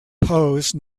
pose